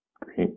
great